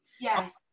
Yes